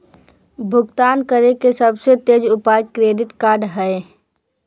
भुगतान करे के सबसे तेज उपाय क्रेडिट कार्ड हइ